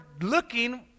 looking